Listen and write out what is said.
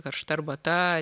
karšta arbata